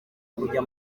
kujya